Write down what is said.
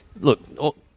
look –